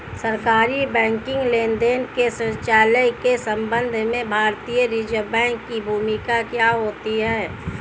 सरकारी बैंकिंग लेनदेनों के संचालन के संबंध में भारतीय रिज़र्व बैंक की भूमिका क्या होती है?